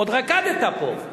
עוד רקדת פה,